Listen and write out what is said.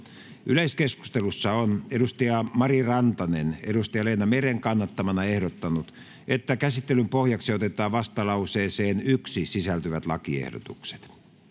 Yleiskeskustelussa on Mari Rantanen Leena Meren kannattamana ehdottanut, että käsittelyn pohjaksi otetaan vastalauseeseen 1 sisältyvät lakiehdotukset.